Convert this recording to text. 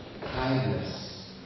kindness